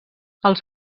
els